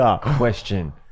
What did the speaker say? question